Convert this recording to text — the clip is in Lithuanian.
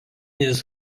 jis